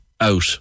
out